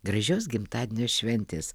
gražios gimtadienio šventės